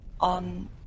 on